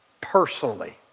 personally